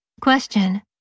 Question